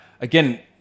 again